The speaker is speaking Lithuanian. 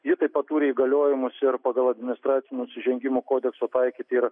ji taip pat turi įgaliojimus ir pagal administracinių nusižengimų kodeksą taikyti ir